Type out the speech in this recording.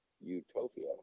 utopia